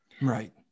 right